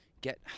get